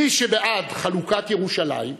מי שבעד חלוקת ירושלים,